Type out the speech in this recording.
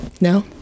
No